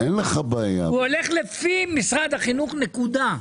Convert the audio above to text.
הוא הולך לפי משרד החינוך, נקודה,